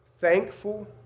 thankful